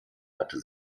hatte